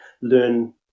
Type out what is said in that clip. learn